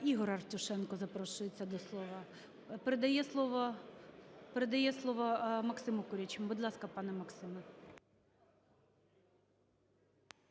ІгорАртюшенко запрошується до слова. Передає слово Максиму Курячому. Будь ласка, пане Максиме.